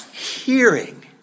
hearing